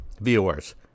viewers